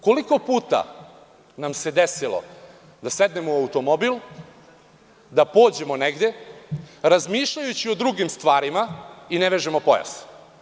Koliko puta nam se desilo da sednemo u automobil da pođemo negde, razmišljajući o drugim stvarima i ne vežemo pojas.